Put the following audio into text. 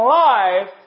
life